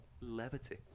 Levity